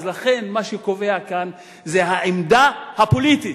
אז לכן, מה שקובע כאן זה העמדה הפוליטית.